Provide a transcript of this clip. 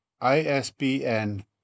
isbn